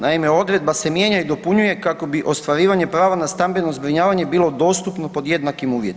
Naime, odredba se mijenja i dopunjuje kako bi ostvarivanje prava na stambeno zbrinjavanje bilo dostupno pod jednakim uvjetima.